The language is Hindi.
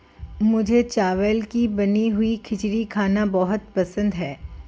मुझे चावल की बनी हुई खिचड़ी खाना बहुत पसंद है